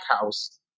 house